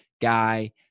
guy